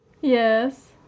Yes